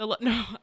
no